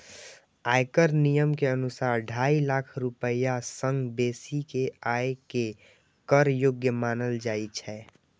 आयकर नियम के अनुसार, ढाई लाख रुपैया सं बेसी के आय कें कर योग्य मानल जाइ छै